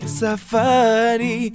safari